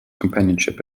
companionship